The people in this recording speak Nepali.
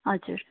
हजुर